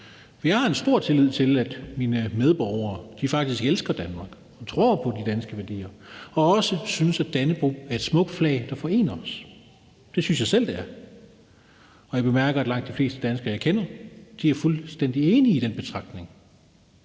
Jeg har en stor tillid til, at mine medborgere faktisk elsker Danmark og tror på de danske værdier og også synes, at Dannebrog er et smukt flag, der forener os. Det synes jeg selv det er, og jeg bemærker, at langt de fleste danskere, jeg kender, er fuldstændig enige i den betragtning.